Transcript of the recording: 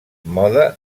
mode